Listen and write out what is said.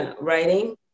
writing